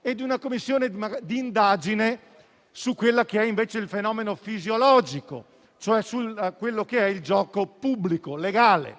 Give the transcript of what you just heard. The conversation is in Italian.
e di una Commissione di indagine su quello che è invece il fenomeno fisiologico, cioè sul gioco pubblico e legale.